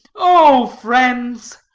oh, friends,